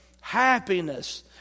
happiness